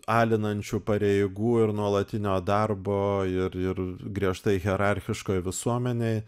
alinančių pareigų ir nuolatinio darbo ir ir griežtai hierarchiškoj visuomenėj